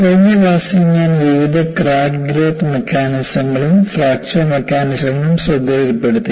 കഴിഞ്ഞ ക്ലാസ്സിൽ ഞാൻ വിവിധ ക്രാക്ക് ഗ്രോത്ത് മെക്കാനിസങ്ങളും ഫ്രാക്ചർ മെക്കാനിസങ്ങളും ശ്രദ്ധയിൽപ്പെടുത്തി